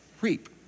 reap